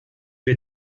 wir